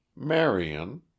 Marion